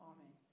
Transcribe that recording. Amen